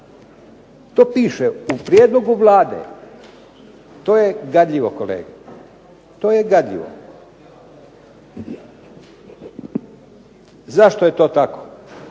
To piše u prijedlogu Vlade. To je gadljivo kolega, to je gadljivo. Zašto je to tako?